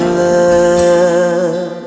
love